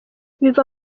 biva